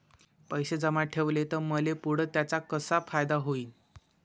पैसे जमा ठेवले त मले पुढं त्याचा कसा फायदा होईन?